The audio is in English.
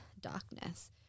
darkness